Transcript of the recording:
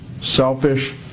selfish